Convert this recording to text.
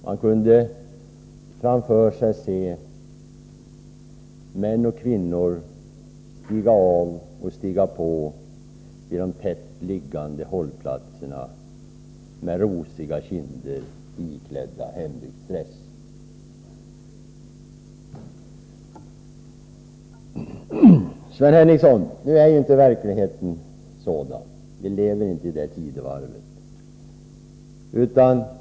Man kunde framför sig se män och kvinnor stiga av och stiga på vid de tätt liggande hållplatserna. De hade rosiga kinder och var iklädda hembygdsdräkt. Men nu är inte verkligheten sådan, Sven Henricsson. Vi lever inte i det tidevarvet.